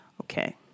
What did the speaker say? Okay